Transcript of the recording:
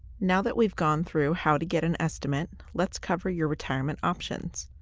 now that we've gone through how to get an estimate, let's cover your retirement options.